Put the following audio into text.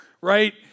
right